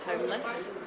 homeless